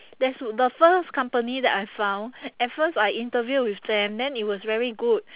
there's the first company that I found at first I interview with them then it was very good